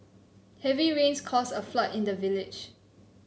heavy rains caused a flood in the village